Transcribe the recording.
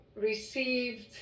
received